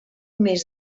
mes